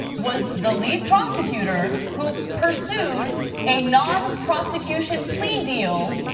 was the lead prosecutor who pursued a non-prosecution plea deal,